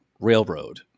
Railroad